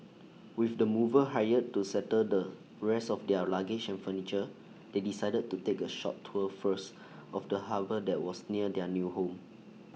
with the movers hired to settle the rest of their luggage and furniture they decided to take A short tour first of the harbour that was near their new home